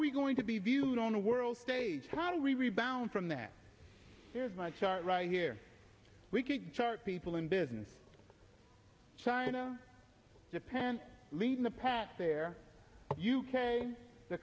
we going to be viewed on the world stage how do we rebound from that here's my chart right here we can chart people in business china japan leading the pack there u k the